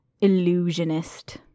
illusionist